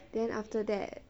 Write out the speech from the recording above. then after that